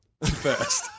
first